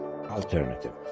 alternative